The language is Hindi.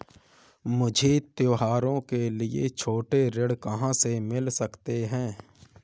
मुझे त्योहारों के लिए छोटे ऋण कहाँ से मिल सकते हैं?